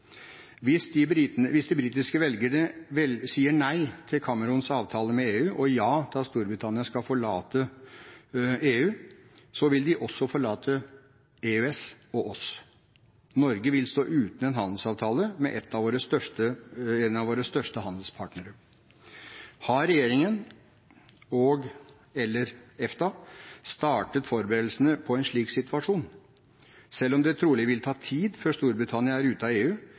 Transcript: Hvis de britiske velgerne sier nei til Camerons avtale med EU og ja til at Storbritannia skal forlate EU, så vil de også forlate EØS og oss. Norge vil stå uten en handelsavtale med en av våre største handelspartnere. Har regjeringen og/eller EFTA startet forberedelsene til en slik situasjon? Selv om det trolig vil ta tid før Storbritannia er ute av EU,